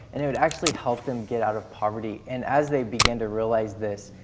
and it would actually help them get out of poverty. and as they began to realize this,